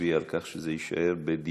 ונצביע על כך שזה יישאר בדיון,